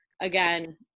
again